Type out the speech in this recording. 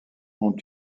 ont